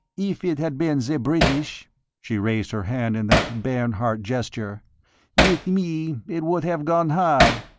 if it had been the british she raised her hand in that bernhardt gesture with me it would have gone hard.